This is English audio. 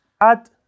add